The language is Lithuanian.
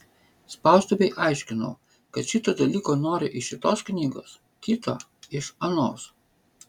spaustuvei aiškinau kad šito dalyko noriu iš šitos knygos kito iš anos